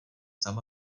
sama